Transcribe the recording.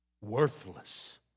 Worthless